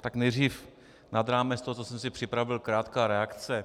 Tak nejdřív nad rámec toho, co jsem si připravil, krátká reakce.